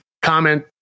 comment